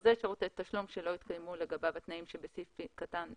בחוזה שירותי תשלום שלא התקיימו לגביו התנאים בסעיף קטן (ג)